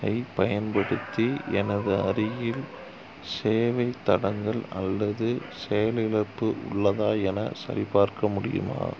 ஐ பயன்படுத்தி எனது அருகில் சேவை தடங்கல் அல்லது செயலிழப்பு உள்ளதா என சரிபார்க்க முடியுமா